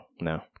No